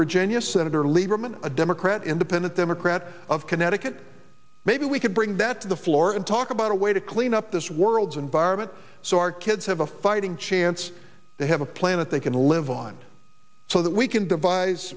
virginia senator lieberman a democrat independent democrat of connecticut maybe we could bring that to the floor and talk about a way to clean up this world's environment so our kids have a fighting chance they have a plan that they can live on so that we can devise